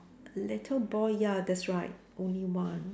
little boy ya that's right only one